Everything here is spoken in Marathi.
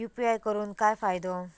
यू.पी.आय करून काय फायदो?